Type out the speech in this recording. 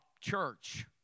church